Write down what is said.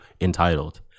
entitled